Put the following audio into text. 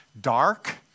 dark